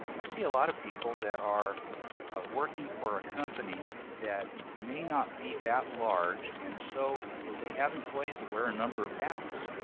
i see a lot of people that are ah working for a company that may not be that large, and so they have employees that wear a number of hats.